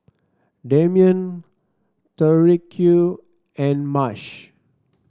Damien Tyrique and Marsh